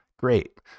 great